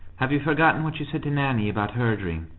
have you forgotten what you said to nanny about her dream?